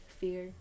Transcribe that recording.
fear